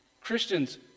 Christians